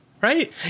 right